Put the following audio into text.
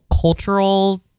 cultural